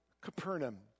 Capernaum